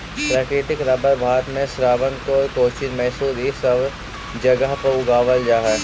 प्राकृतिक रबर भारत में त्रावणकोर, कोचीन, मैसूर इ सब जगह पर उगावल जा हई